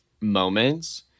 moments